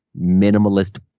minimalist